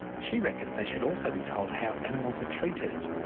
she reckons they should also be told how animals are treated.